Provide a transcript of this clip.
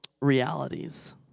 realities